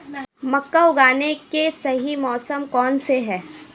मक्का उगाने का सही मौसम कौनसा है?